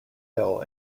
hill